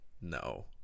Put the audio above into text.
no